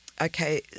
okay